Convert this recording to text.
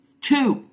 Two